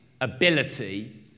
ability